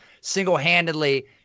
single-handedly